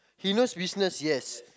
he knows business yes